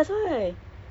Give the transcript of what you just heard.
ya